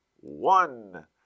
one